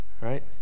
right